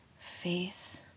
faith